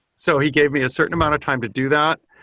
so he gave me a certain amount of time to do that,